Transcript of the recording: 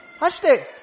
Hashtag